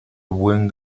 buen